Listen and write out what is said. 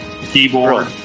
keyboard